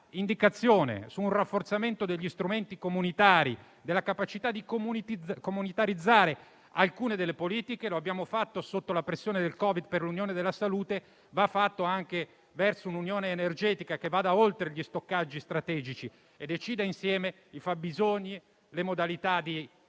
indicazione su un rafforzamento degli strumenti comunitari e della capacità di comunitarizzare alcune delle politiche -come abbiamo fatto sotto la pressione del Covid per l'unione della salute - vada fatta anche nella direzione di un'unione energetica che vada oltre gli stoccaggi strategici e decida insieme i fabbisogni, le modalità di